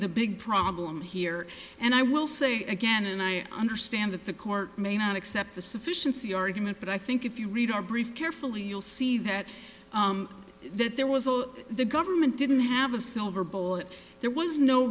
the big problem here and i will say again and i understand that the court may not accept the sufficiency argument but i think if you read our brief carefully you'll see that that there was all the government didn't have a silver bullet there was no